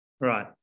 Right